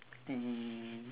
hmm